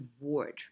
reward